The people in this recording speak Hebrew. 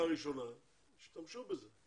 יושב ראש המועצה שקשורה לתחום